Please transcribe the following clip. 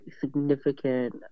significant